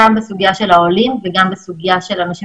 גם בסוגיה של העולים וגם בסוגיה של אנשים